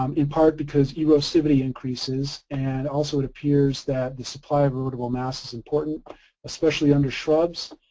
um in part because erosivity increases, and also it appears that the supply erodible mass is important especially under shrubs.